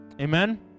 Amen